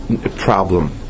problem